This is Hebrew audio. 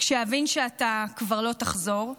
כשאבין שאתה כבר לא תחזור,